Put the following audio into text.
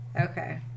Okay